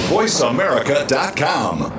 VoiceAmerica.com